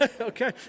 Okay